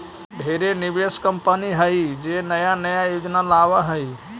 ढेरे निवेश कंपनी हइ जे नया नया योजना लावऽ हइ